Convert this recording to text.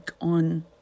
on